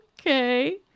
okay